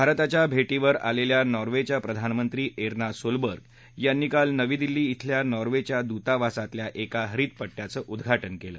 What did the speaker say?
भारताच्या भेटीवर आलेल्या नार्वेच्या प्रधानमंत्री एर्ना सोलबर्ग यांनी काल नवी दिल्ली इथल्या नार्वेच्या दुतावासातल्या एका हरित पड्याचं उद्घाटन केलं